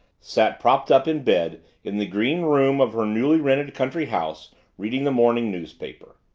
sat propped up in bed in the green room of her newly rented country house reading the morning newspaper.